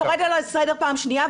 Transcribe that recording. אני קוראת אותך לסדר פעם שנייה,